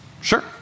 Sure